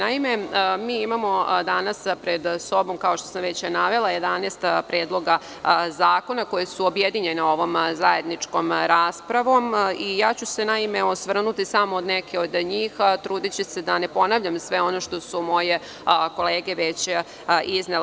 Naime, danas pred sobom imamo, kao što sam već navela, 11 predloga zakona koji su objedinjeni ovom zajedničkom raspravom, a ja ću se osvrnuti samo na neke od njih, trudeći se da ne ponavljam sve ono što su moje kolege već izneli.